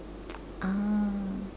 ah